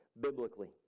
biblically